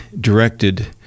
directed